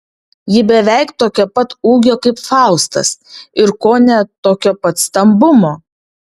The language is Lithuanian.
ji beveik tokio pat ūgio kaip faustas ir kone tokio pat stambumo